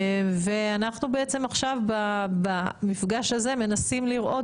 ואנחנו בעצם עכשיו במפגש הזה מנסים לראות,